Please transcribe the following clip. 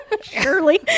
Surely